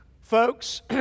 Folks